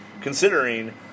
Considering